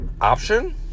Option